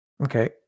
Okay